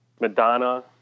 Madonna